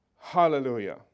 Hallelujah